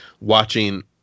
watching